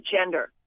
gender